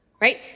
Right